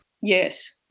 Yes